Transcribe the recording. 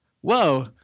whoa